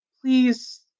please